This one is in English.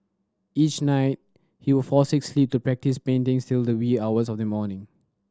each night he would forsake sleep to practise painting till the wee hours of the morning